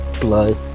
Blood